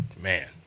Man